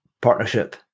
partnership